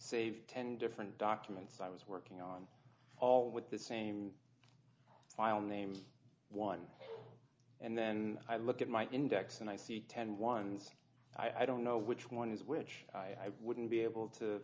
save ten different documents i was working on all with the same file names one and then i look at my index and i see ten ones i don't know which one is which i wouldn't be able to